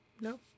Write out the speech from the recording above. No